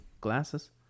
glasses